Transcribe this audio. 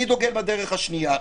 אני דוגל בדרך השנייה.